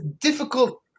difficult